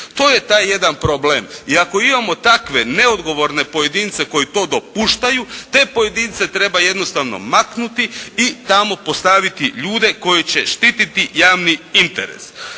To je taj jedan problem. I ako imamo takve neodgovorne pojedince koji to dopuštaju, te pojedince treba jednostavno maknuti i tamo postaviti ljude koji će štititi javni interes.